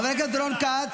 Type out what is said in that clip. חבר הכנסת חנוך